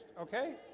okay